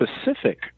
specific